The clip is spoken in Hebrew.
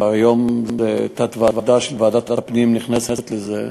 שהיום תת-ועדה של ועדת הפנים נכנסת לזה,